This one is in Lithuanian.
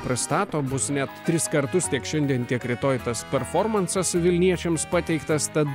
pristato bus net tris kartus tiek šiandien tiek rytoj tas performansas vilniečiams pateiktas tad